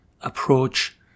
approach